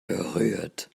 berührt